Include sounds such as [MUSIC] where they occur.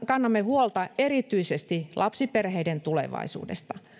[UNINTELLIGIBLE] kannamme huolta erityisesti lapsiperheiden tulevaisuudesta